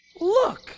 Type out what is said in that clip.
Look